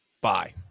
bye